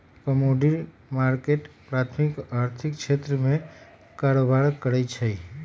commodity market प्राथमिक आर्थिक क्षेत्र में कारबार करै छइ